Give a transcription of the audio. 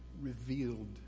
revealed